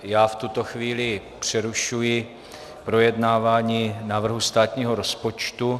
V tuto chvíli přerušuji projednávání návrhu státního rozpočtu.